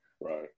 Right